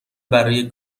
برای